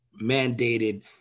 mandated